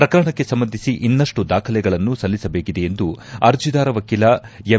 ಪ್ರಕರಣಕ್ಕೆ ಸಂಬಂಧಿಸಿ ಇನ್ನಷ್ನು ದಾಖಲೆಗಳನ್ನು ಸಲ್ಲಿಸಬೇಕಿದೆ ಎಂದು ಅರ್ಜೆದಾರ ವಕೀಲ ಎಂ